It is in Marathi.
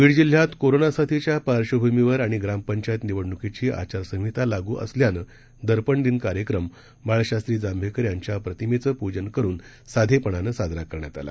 बीडजिल्ह्यात कोरोनासाथीच्या पार्श्वभूमीवर आणि ग्रामपंचायत निवडणूकीची आचारसंहिता लागू असल्यानं दर्पण दिन कार्यक्रम बाळशास्त्री जांभेकर यांच्या प्रतिमेचं पूजन करून साधेपणानं साजरा करण्यात आला